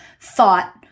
thought